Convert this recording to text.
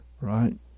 right